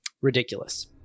Ridiculous